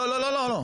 לא, לא.